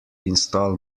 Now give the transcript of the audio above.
install